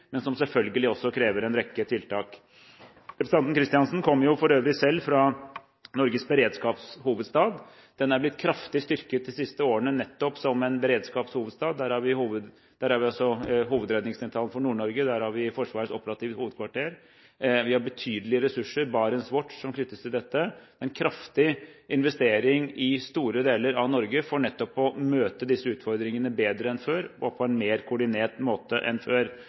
men som selvfølgelig også krever en rekke tiltak. Representanten Kristiansen kommer for øvrig selv fra Norges beredskapshovedstad, som er blitt kraftig styrket de siste årene nettopp som en beredskapshovedstad. Der har vi Hovedredningssentralen i Nord-Norge, Forsvarets operative hovedkvarter, og vi har betydelig ressurser – BarentsWatch – som knyttes til dette. Det er en kraftig investering i store deler av Norge for nettopp å møte disse utfordringene bedre enn før og på en mer koordinert måte enn før.